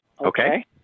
Okay